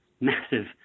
massive